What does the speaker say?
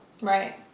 right